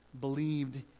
believed